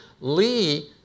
Lee